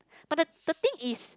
but the the thing is